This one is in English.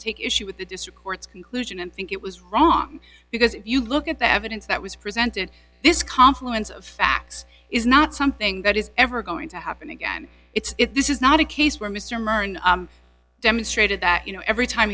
take issue with the district courts conclusion and think it was wrong because if you look at the evidence that was presented this confluence of facts is not something that is ever going to happen again it's this is not a case where mr mern demonstrated that you know every time